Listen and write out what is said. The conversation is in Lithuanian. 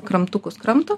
kramtukus kramto